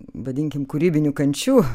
vadinkim kūrybinių kančių